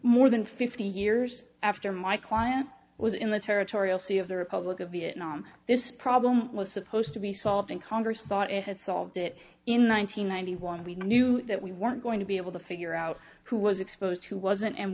more than fifty years after my client was in the territorial sea of the republic of vietnam this problem was supposed to be solved and congress thought it had solved it in one thousand nine hundred ninety one we knew that we weren't going to be able to figure out who was exposed who wasn't and